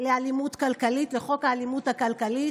התנגד לחוק האלימות הכלכלית.